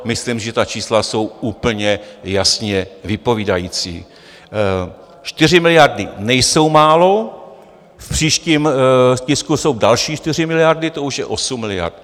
Myslím si, že ta čísla jsou úplně jasně vypovídající 4 miliardy nejsou málo, v příštím tisku jsou další 4 miliardy, to už je 8 miliard.